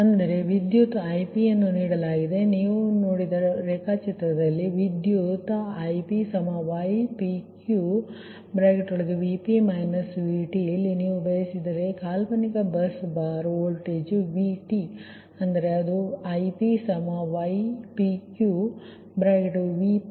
ಅಂದರೆ ವಿದ್ಯುತ್ Ip ಅನ್ನು ನೀಡಲಾಗಿದೆ ನೀವು ರೇಖಾಚಿತ್ರವನ್ನು ನೋಡಿದರೆ ವಿದ್ಯುತ್ Ip ypq ಇಲ್ಲಿ ನೀವು ಬಯಸಿದರೆ ನೀವು ಈ ಕಾಲ್ಪನಿಕ ಬಸ್ ಬಾರ್ ವೋಲ್ಟೇಜ್ Vt ಅಂದರೆ ಅದು Ip ypq